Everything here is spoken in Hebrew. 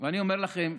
ואני אומר לכם,